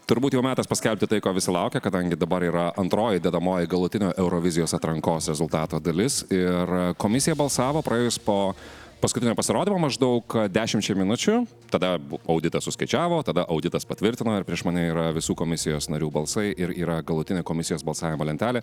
turbūt jau metas paskelbti tai ko visi laukia kadangi dabar yra antroji dedamoji galutinio eurovizijos atrankos rezultato dalis ir komisija balsavo praėjus po paskutinio pasirodymo maždaug dešimčiai minučių tada auditas suskaičiavo tada auditas patvirtino ir prieš mane yra visų komisijos narių balsai ir yra galutinė komisijos balsavimo lentelė